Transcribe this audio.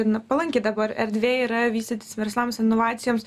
n palanki dabar erdvė yra vystytis verslams inovacijoms